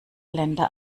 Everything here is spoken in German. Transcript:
länder